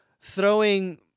throwing